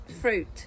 fruit